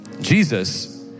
Jesus